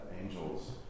angels